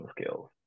skills